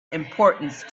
importance